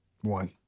One